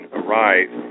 arise